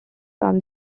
from